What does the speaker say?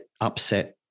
upset